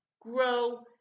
grow